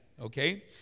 okay